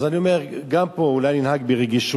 אז אני אומר: גם פה, אולי ננהג ברגישות.